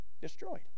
destroyed